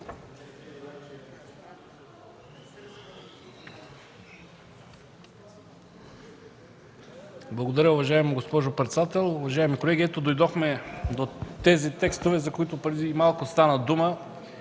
Благодаря, уважаема госпожо председател. Уважаеми колеги, дойдохме до тези текстове, за които преди малко стана дума.